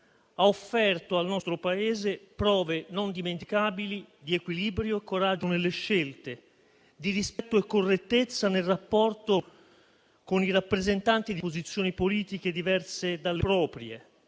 ha offerto al nostro Paese prove non dimenticabili di equilibrio e coraggio nelle scelte, di rispetto e correttezza nel rapporto con i rappresentanti di posizioni politiche diverse dalle proprie,